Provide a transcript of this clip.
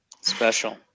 Special